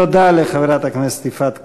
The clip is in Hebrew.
תודה לחברת הכנסת יפעת קריב.